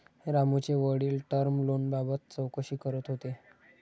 रामूचे वडील टर्म लोनबाबत चौकशी करत होते